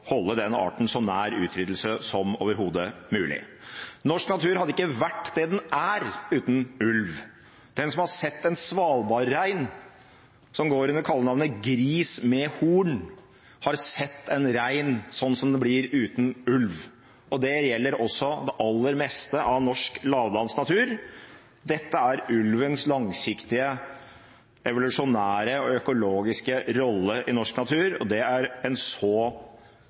holde den arten så nær utryddelse som overhodet mulig. Norsk natur hadde ikke vært det den er uten ulv. Den som har sett en svalbardrein, som går under kallenavnet gris med horn, har sett en rein sånn som den blir uten ulv, og det gjelder også det aller meste av norsk lavlandsnatur. Dette er ulvens langsiktige evolusjonære og økologiske rolle i norsk natur, og det er en så